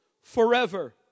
forever